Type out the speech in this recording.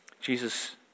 Jesus